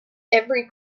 every